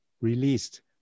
released